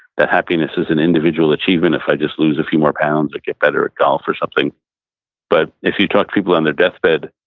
that happiness is an individual achievement if i just lose a few more pounds or get better at golf or something but if you talk to people on their deathbed,